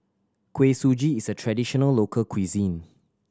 Kuih Suji is a traditional local cuisine